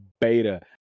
beta